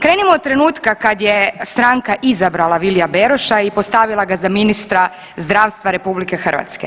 Krenimo od trenutka kad je stranka izabrala Vilija Beroša i postavila ga za ministra zdravstva RH.